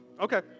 Okay